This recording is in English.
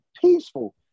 peaceful